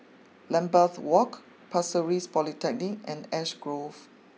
Lambeth walk Pasir Ris Polyclinic and Ash Grove